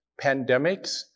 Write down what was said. pandemics